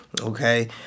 Okay